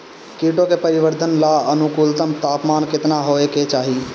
कीटो के परिवरर्धन ला अनुकूलतम तापमान केतना होए के चाही?